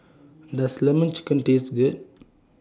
Does Lemon Chicken Taste Good